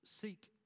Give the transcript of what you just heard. Seek